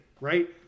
right